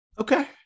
Okay